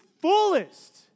fullest